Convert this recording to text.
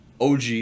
OG